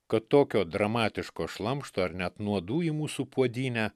kad tokio dramatiško šlamšto ir net nuodų į mūsų puodynę